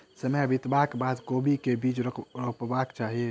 समय बितबाक बाद कोबी केँ के बीज रोपबाक चाहि?